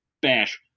Bash